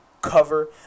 cover